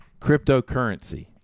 cryptocurrency